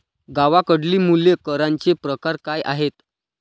गावाकडली मुले करांचे प्रकार काय आहेत?